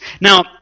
Now